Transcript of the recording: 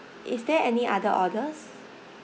is there any other orders